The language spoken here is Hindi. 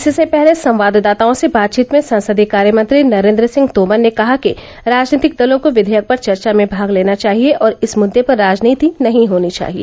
इससे पहले संवाददाताओं से बातचीत में संसदीय कार्य मंत्री नरेन्द्र सिंह तोमर ने कहा कि राजनीतिक दलों को विधेयक पर चर्चा में भाग लेना चाहिए और इस मुद्दे पर राजनीति नहीं होनी चाहिए